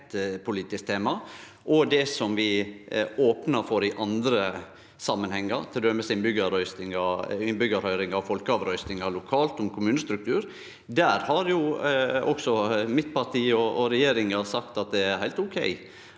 det vi opnar for i andre samanhengar, t.d. innbyggjarhøyringar og folkeavrøystingar lokalt om kommunestruktur. Der har mitt parti og regjeringa sagt at det er heilt ok